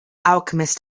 alchemist